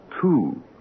Two